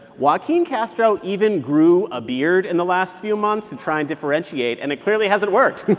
joaquin castro even grew a beard in the last few months to try and differentiate, and it clearly hasn't worked